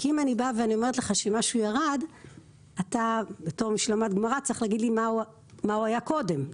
כי אני אומרת לך שמשהו ירד אתה צריך להגיד לי מה היה קודם,